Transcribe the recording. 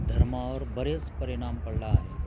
धर्मावर बरेच परिणाम पडला आहे